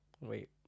Wait